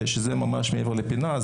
וזה ממש מעבר לפינה.